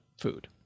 food